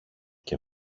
και